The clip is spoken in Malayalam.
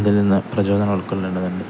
ഇതിൽനിന്നു പ്രചോദനം ഉള്ക്കൊള്ളേണ്ടതുണ്ട്